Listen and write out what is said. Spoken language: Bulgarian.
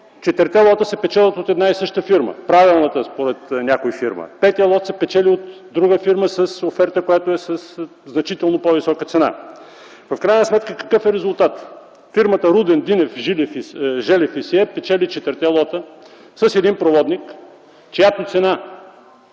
четирите лота се печелят от една и съща фирма – правилната, според някой фирма. Лот 5 се печели от друга фирма с оферта, която е със значително по-висока цена. Какъв е резултатът в крайна сметка? Фирмата „Рудин – Динев и Желев и сие” печели четирите лота с един проводник, чиято цена